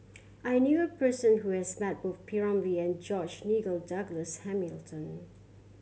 I knew a person who has met both P Ramlee and George Nigel Douglas Hamilton